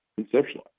conceptualize